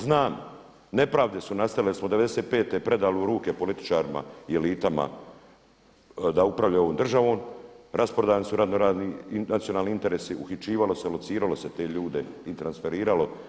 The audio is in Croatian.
Znam, nepravde su nastale jer smo '95. predali u ruke političarima, i elitama da upravljaju ovom državom, rasprodani su razno razni nacionalni interesi, uhićivalo se i lociralo se te ljude i transferiralo.